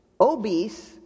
obese